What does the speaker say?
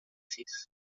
sis